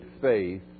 faith